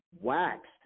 Waxed